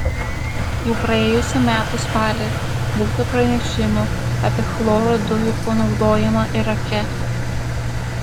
jau praėjusių metų spalį būta pranešimų apie chloro dujų panaudojimą irake